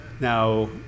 Now